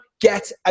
get